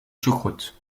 choucroute